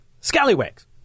Scallywags